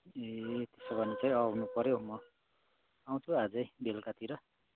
ए त्यसो भने चाहिँ आउनु पऱ्यौ म आउँछु आजै बेलुकातिर